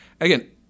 Again